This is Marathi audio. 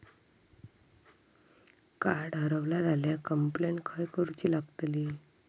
कार्ड हरवला झाल्या कंप्लेंट खय करूची लागतली?